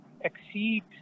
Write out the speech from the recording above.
exceed